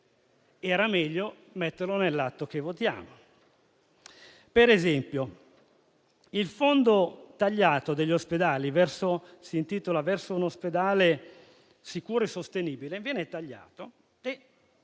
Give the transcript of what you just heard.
era meglio metterlo nell'atto che votiamo. Per esempio, il fondo degli ospedali, che si intitola «Verso un ospedale sicuro e sostenibile», viene tagliato e